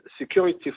security